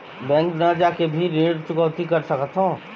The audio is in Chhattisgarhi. बैंक न जाके भी ऋण चुकैती कर सकथों?